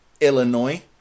Illinois